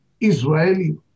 Israeli